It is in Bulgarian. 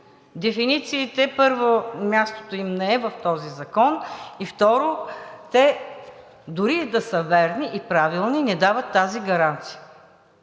Дефинициите, първо, мястото им не е в този закон, и второ, те дори да са верни и правилни, не дават тази гаранция.